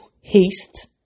haste